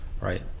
right